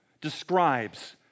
describes